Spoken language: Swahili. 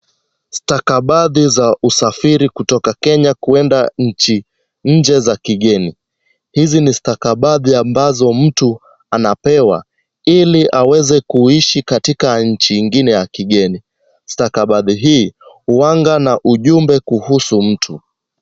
Stakabadhi za usafiri wa Kenya kwenda nchi za kigeni. hizi ni stakabadhi ambazo myu anapewa ili aweze kuishi katika nchi ingine ya kigeni. Stakabadhi hii huwa na ujumbe kuhusu mtu.